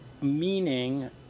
meaning